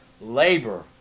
Labor